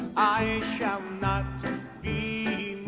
i shall not be